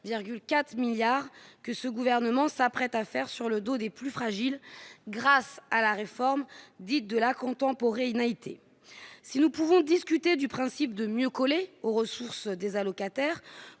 que ce gouvernement s'apprête à faire sur le dos des plus fragiles, grâce à la réforme dite de la contemporain n'a été si nous pouvons discuter du principe de mieux coller aux ressources des allocataires,